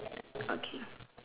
okay